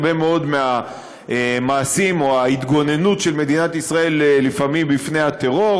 על הרבה מאוד מהמעשים או ההתגוננות של מדינת ישראל לפעמים בפני הטרור,